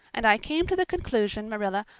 and i came to the conclusion, marilla,